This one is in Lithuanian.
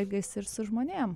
elgiasi ir su žmonėm